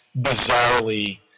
bizarrely